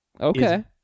Okay